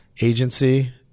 agency